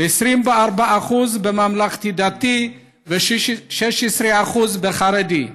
24% בממלכתי-דתי ו-16% בחרדי.